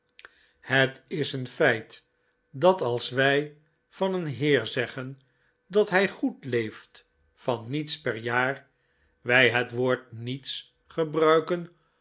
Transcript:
het is een feit dat als wij van een heer zeggen dat hij goed leeft van niets per jaar wij het woord niets gebruiken